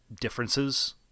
differences